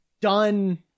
done